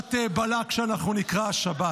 פרשת בלק שאנחנו נקרא השבת.